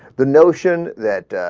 the notion that